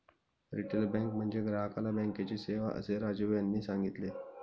retail bank म्हणजे ग्राहकाला बँकेची सेवा, असे राजीव यांनी सांगितले